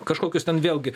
kažkokius ten vėlgi